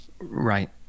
right